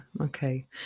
Okay